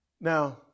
Now